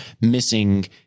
missing